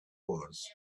was